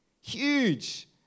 Huge